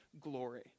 glory